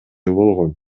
болгон